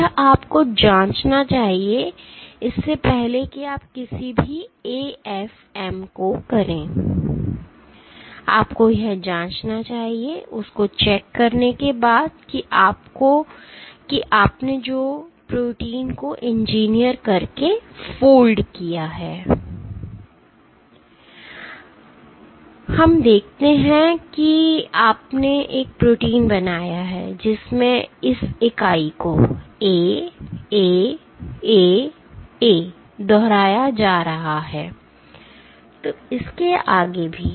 यह आपको जांचना चाहिए इससे पहले कि आप किसी भी AFM को करें आपको यह जांचना चाहिए उस को चेक करने के बाद कि आपने जो प्रोटीन को इंजीनियर करके फोल्ड किया है हमें देखते हैं कि आपने एक प्रोटीन बनाया है जिसमें इस इकाई को A A A A दोहराया जा रहा है और इसके आगे भी